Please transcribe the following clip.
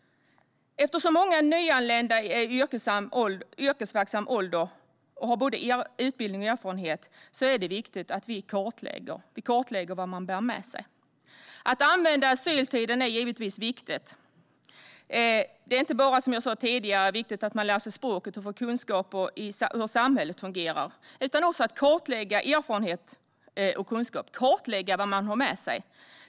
Eftersom många nyanlända är i yrkesverksam ålder och har både utbildning och erfarenhet är det viktigt att vi kartlägger vad människor bär med sig. Att använda asyltiden är givetvis viktigt. Som jag sa tidigare är det inte bara viktigt att människor lär sig språket och får kunskaper om hur samhället fungerar. Det är också viktigt att man kartlägger människors erfarenhet och kunskap och att man kartlägger vad människor har med sig.